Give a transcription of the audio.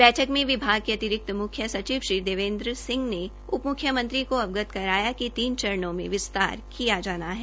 बैठक में विभाग के अतिरिक्त मुख्य सचिव श्री देवेन्द्र सिंह ने उप मुख्यमंत्री को अवगत करवाया कि तीन चरणों में विस्तार किया जाना है